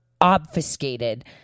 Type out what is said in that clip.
obfuscated